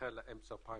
יידחה לאמצע 2022,